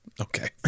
Okay